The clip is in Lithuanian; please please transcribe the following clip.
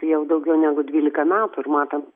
jau daugiau negu dvylika metų ir matom